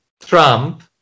Trump